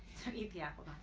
so eat the apple.